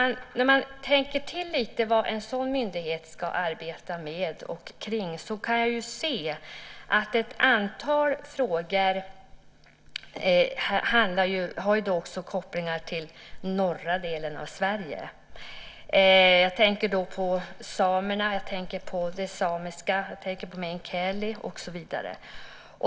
När jag tänker till lite om vad en sådan myndighet ska arbeta med och kring kan jag se att ett antal frågor också har kopplingar till norra delen av Sverige. Jag tänker då på samerna och det samiska, på meänkieli och så vidare.